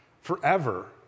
Forever